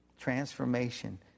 Transformation